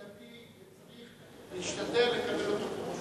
ומידתי וצריך להשתדל לקבל אותו כמו שהוא.